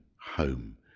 home